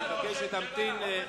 במציאות.